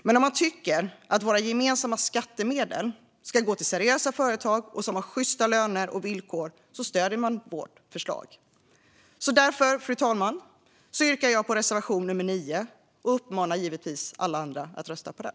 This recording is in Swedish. Men om man tycker att våra gemensamma skattemedel ska gå till seriösa företag som har sjysta löner och villkor stöder man vårt förslag. Fru talman! Därför yrkar jag bifall till vår reservation 9 och uppmanar givetvis alla andra att rösta på den.